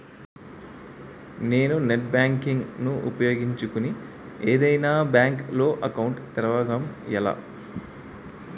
నేను net banking ను ఉపయోగించుకుని ఏదైనా బ్యాంక్ లో అకౌంట్ తెరవడం ఎలా?